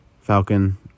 Falcon